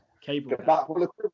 Cable